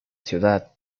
ciudad